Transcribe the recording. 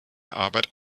arbeit